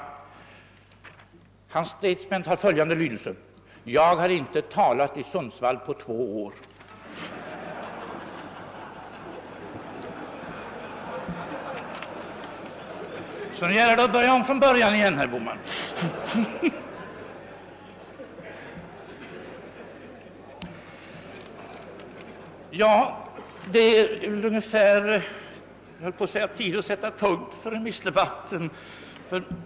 Finanministerns statement har följande lydelse: »Jag har inte talat i Sundsvall på två år.» Nu gäller det att börja om från början igen, herr Bohman! Det är ungefär tid för att sätta punkt för remissdebatten, höll jag på att säga.